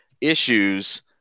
issues